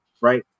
right